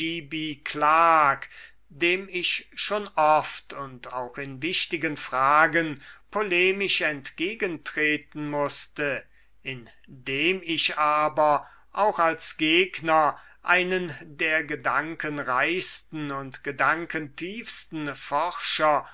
dem ich schon oft und auch in wichtigen fragen polemisch entgegentreten mußte in dem ich aber auch als gegner einen der gedankenreichsten und gedankentiefsten forscher